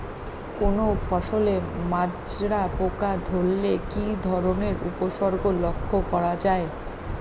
কোনো ফসলে মাজরা পোকা ধরলে কি ধরণের উপসর্গ লক্ষ্য করা যায়?